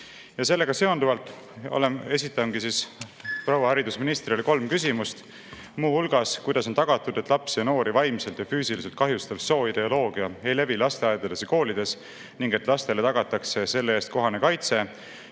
sellega seonduvalt esitangi proua haridusministrile kolm küsimust. Muu hulgas, kuidas on tagatud, et lapsi ja noori vaimselt ja füüsiliselt kahjustav sooideoloogia ei levi lasteaedades ja koolides ning et lastele tagatakse selle eest kohane kaitse?